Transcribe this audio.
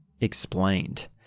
explained